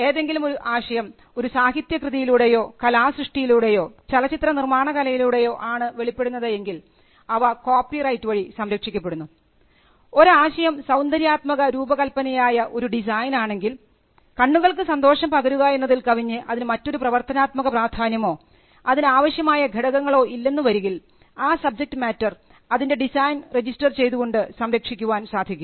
ഏതെങ്കിലും ഒരു ആശയം ഒരു സാഹിത്യ കൃതിയിലൂടെയോ കലാസൃഷ്ടിയിലൂടെയോ ചലചിത്ര നിർമ്മാണ കലയിലൂടെയോ ആണ് വെളിപ്പെടുന്നത് എങ്കിൽ അവ കോപ്പി റൈറ്റ് വഴി സംരക്ഷിക്കപ്പെടുന്നു ഒരാശയം സൌന്ദര്യാത്മക രൂപകല്പനയായ ഒരു ഡിസൈൻ ആണെങ്കിൽ കണ്ണുകൾക്ക് സന്തോഷം പകരുക എന്നതിൽ കവിഞ്ഞു അതിന് മറ്റൊരു പ്രവർത്തനാത്മക പ്രാധാന്യമോ അതിനാവശ്യമായ ഘടകങ്ങളോ ഇല്ലെന്നു വരികിൽ ആ സബ്ജെക്ട് മാറ്റർ അതിൻറെ ഡിസൈൻ രജിസ്റ്റർ ചെയ്തു കൊണ്ട് സംരക്ഷിക്കുവാൻ സാധിക്കും